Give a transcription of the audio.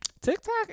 tiktok